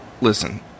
Listen